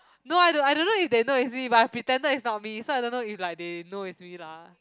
no I don't I don't know if they know it's me but I pretended it's not me so I don't know if like they know it's me lah